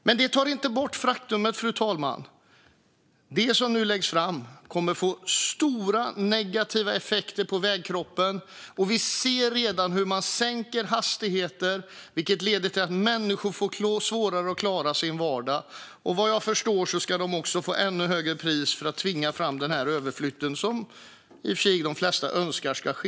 Men det tar inte bort det faktum, fru talman, att det som nu läggs fram kommer att få stora negativa effekter på vägkroppen. Vi ser redan hur man sänker hastigheter, vilket leder till att människor får svårare att klara sin vardag. Vad jag förstår ska det också bli ett ännu högre pris för att tvinga fram den här överflytten, som i och för sig de flesta önskar ska ske.